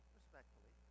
respectfully